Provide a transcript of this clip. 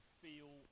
feel